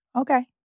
Okay